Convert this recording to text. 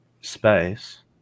space